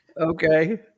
Okay